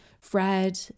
fred